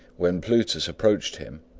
when plutus approached him,